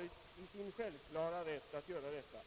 haft sin självklara rätt att göra detta.